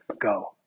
go